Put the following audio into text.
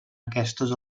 aquestes